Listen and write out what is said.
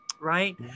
right